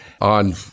on